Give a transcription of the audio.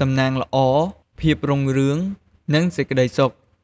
សំណាងល្អ ភាពរុងរឿង និងសេចក្តីសុខ។